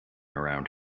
around